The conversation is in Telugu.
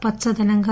పచ్చదనంగా